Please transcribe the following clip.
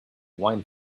wine